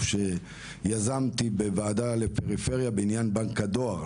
שיזמתי בוועדה לפריפריה בעניין בנק הדואר,